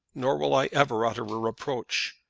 nor will i ever utter a reproach.